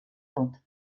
tot